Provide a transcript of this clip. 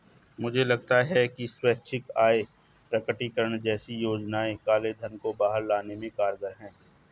मुझे लगता है कि स्वैच्छिक आय प्रकटीकरण जैसी योजनाएं काले धन को बाहर लाने में कारगर हैं